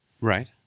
Right